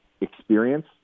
experience